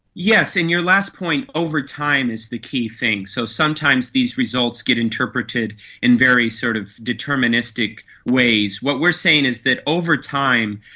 yes, in your last point over time is the key thing. so sometimes these results get interpreted in very sort of deterministic ways. what we're saying is that over time,